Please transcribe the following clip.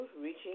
Reaching